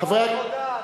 לא עבודה.